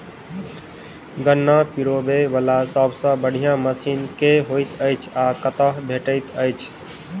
गन्ना पिरोबै वला सबसँ बढ़िया मशीन केँ होइत अछि आ कतह भेटति अछि?